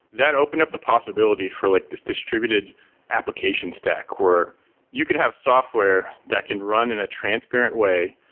that opened up the possibility for like this distributed application stack, where you can have software that can run in a transparent way.